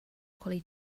collie